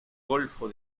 golfo